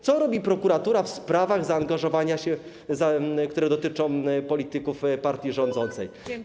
Co robi prokuratura w sprawach zaangażowania się w kwestie, które dotyczą polityków partii rządzącej?